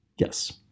Yes